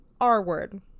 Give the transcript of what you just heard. r-word